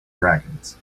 dragons